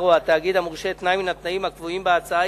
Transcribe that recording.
או התאגיד המורשה תנאי מן התנאים הקבועים בהצעה,